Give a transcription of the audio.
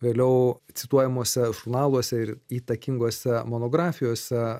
vėliau cituojamuose žurnaluose ir įtakingose monografijose